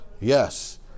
Yes